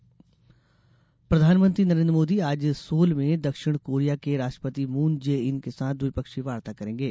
मोदी यात्रा प्रधानमंत्री नरेन्द्र मोदी आज सोल में दक्षिण कोरिया के राष्ट्रपति मून जे ईन के साथ द्विपक्षीय वार्ता करेंगे